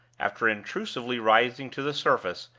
after intrusively rising to the surface,